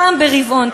פעם ברבעון,